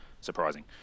surprising